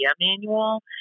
manual